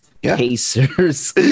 Pacers